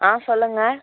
ஆ சொல்லுங்க